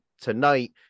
tonight